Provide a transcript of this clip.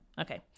Okay